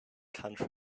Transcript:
county